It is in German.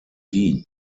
wien